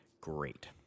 great